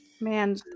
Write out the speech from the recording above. Man